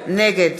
נגד